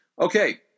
Okay